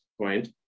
point